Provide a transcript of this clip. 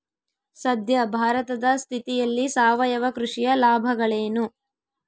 ಸದ್ಯ ಭಾರತದ ಸ್ಥಿತಿಯಲ್ಲಿ ಸಾವಯವ ಕೃಷಿಯ ಲಾಭಗಳೇನು?